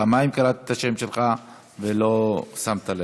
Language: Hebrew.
פעמיים קראתי את השם שלך, ולא שמת לב.